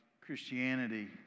Christianity